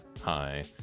Hi